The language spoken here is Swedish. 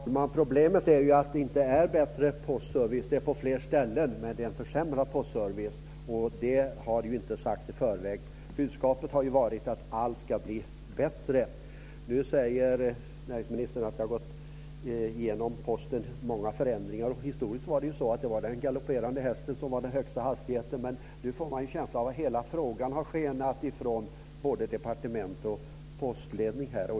Fru talman! Problemet är ju att det inte är bättre postservice. Den finns på fler ställen, men det är en försämrad postservice, och det hade inte sagts i förväg. Budskapet har ju varit att allt ska bli bättre. Nu säger näringsministern att Posten har genomgått många förändringar. Historiskt var det ju den galopperande hästen som var den högsta hastigheten. Nu får man känslan av att hela frågan har skenat ifrån både departement och postledning.